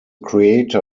creator